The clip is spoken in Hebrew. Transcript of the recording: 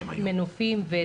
והמנופים.